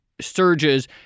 surges